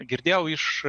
girdėjau iš